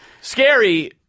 scary